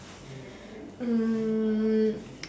um